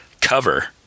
cover